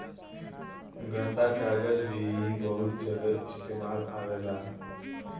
गत्ता कागज़ भी बहुत जगह इस्तेमाल में आवेला